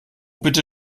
bitte